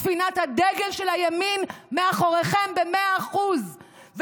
ספינת הדגל של הימין מאחוריכם במאה אחוז,